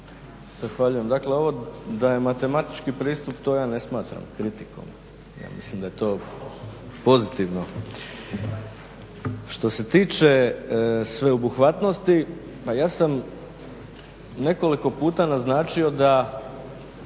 Zahvaljujem. Dakle, ovo da je matematički pristup to ja ne smatram kritikom, ja mislim da je to pozitivno. Što se tiče sveobuhvatnosti a ja sam nekoliko puta naznačio da